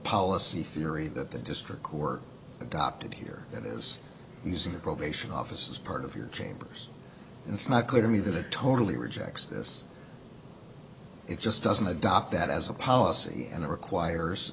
policy theory that the district court adopted here that is using the probation office as part of your chambers and it's not clear to me that it totally rejects this it just doesn't adopt that as a policy and it requires